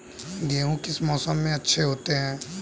गेहूँ किस मौसम में अच्छे होते हैं?